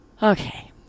okay